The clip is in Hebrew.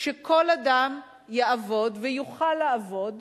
שכל אדם יעבוד ויוכל לעבוד